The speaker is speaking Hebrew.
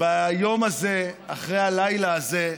ביום הזה, אחרי הלילה הזה,